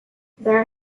there